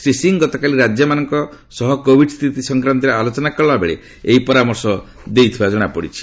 ଶ୍ରୀ ସିଂ ଗତକାଲି ରାଜ୍ୟମାନଙ୍କ ସହ କୋଭିଡ ସ୍ଥିତି ସଂକ୍ରାନ୍ତରେ ଆଲୋଚନା କଲାବେଳେ ଏହି ପରାମର୍ଶ ଦେଇଥିବା ଜଣାପଡିଛି